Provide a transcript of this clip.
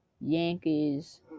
Yankees